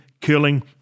killing